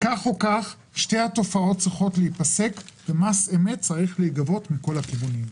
שתי התופעות צריכות להיפסק ומס אמת צריך להיגבות מכל הכיוונים.